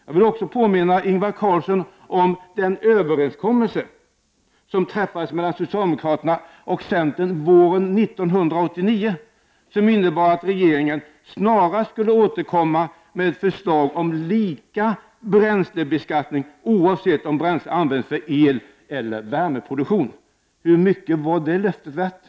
Jag vill också påminna Ingvar Carlsson om den överenskommelse som träffades mellan socialdemokraterna och centern våren 1989, som innebar att regeringen snarast skulle återkomma med ett förslag om lika bränslebeskattning oavsett om bränslet används för eleller värmeproduktion. Hur mycket var det löftet värt?